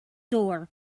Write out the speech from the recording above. door